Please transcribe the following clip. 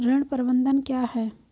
ऋण प्रबंधन क्या है?